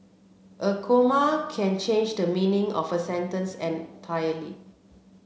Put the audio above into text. a comma can change the meaning of a sentence entirely